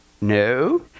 no